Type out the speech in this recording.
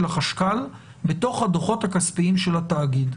החשב הכללי בתוך הדוחות הכספיים של התאגיד.